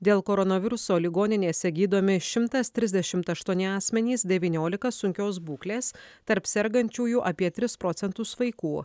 dėl koronaviruso ligoninėse gydomi šimtas trisdešimt aštuoni asmenys devyniolika sunkios būklės tarp sergančiųjų apie tris procentus vaikų